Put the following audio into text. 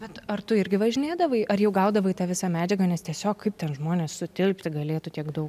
bet ar tu irgi važinėdavai ar jau gaudavai tą visą medžiagą nes tiesiog kaip ten žmonės sutilpti galėtų tiek daug